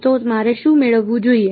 તો મારે શું મેળવવું જોઈએ